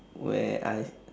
where I